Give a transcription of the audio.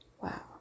wow